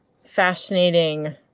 fascinating